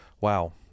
wow